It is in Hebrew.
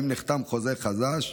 האם נחתם חוזה חדש?